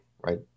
right